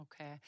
okay